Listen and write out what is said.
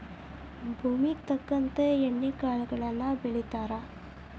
ಭೂಮುಗೆ ತಕ್ಕಂತೆ ಎಣ್ಣಿ ಕಾಳುಗಳನ್ನಾ ಬೆಳಿತಾರ